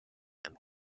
and